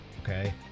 okay